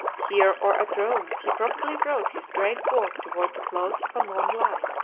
here or at rome he probably wrote his great work toward the close of a long life.